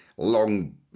Long